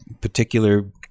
particular